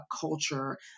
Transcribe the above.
culture